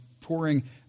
pouring